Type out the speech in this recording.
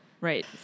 Right